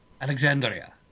Alexandria